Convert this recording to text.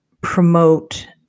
promote